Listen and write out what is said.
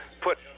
put